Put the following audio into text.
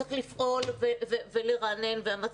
וצריך לפעול ולרענן לגביהן,